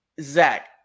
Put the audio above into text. Zach